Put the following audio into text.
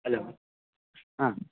hello ಹಾಂ